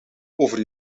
over